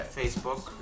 Facebook